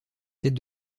tête